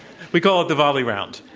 we call it the volley round.